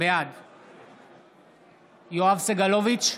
בעד יואב סגלוביץ'